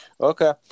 Okay